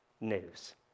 news